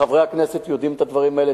חברי הכנסת יודעים את הדברים האלה,